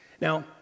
Now